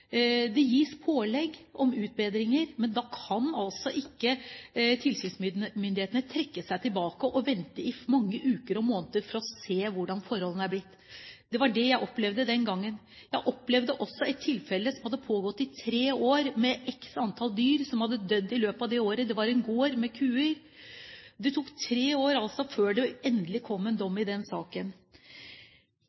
Det gis pålegg om utbedringer, men da kan altså ikke tilsynsmyndighetene trekke seg tilbake og vente i mange uker og måneder før man ser hvordan forholdene har blitt. Det var det jeg opplevde den gangen. Jeg opplevde også et tilfelle – det hadde pågått i tre år – med x antall dyr som hadde dødd i løpet av de årene. Det var en gård med kuer, og det tok altså tre år før det endelig kom en dom